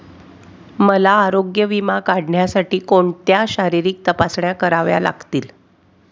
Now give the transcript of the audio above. मला आरोग्य विमा काढण्यासाठी कोणत्या शारीरिक तपासण्या कराव्या लागतील?